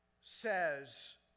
says